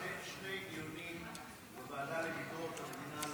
קיימתי שני דיונים בוועדה לביקורת המדינה,